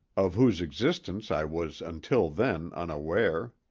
of whose existence i was until then unaware.